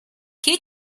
que